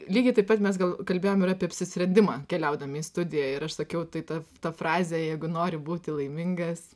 lygiai taip pat mes gal kalbėjom ir apie apsisprendimą keliaudami į studiją ir aš sakiau tai ta ta frazė jeigu nori būti laimingas